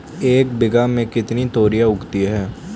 एक बीघा में कितनी तोरियां उगती हैं?